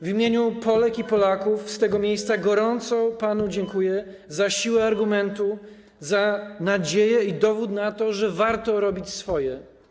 W imieniu Polek i Polaków z tego miejsca gorąco panu dziękuję za siłę argumentu, za nadzieję i dowód na to, że warto robić swoje.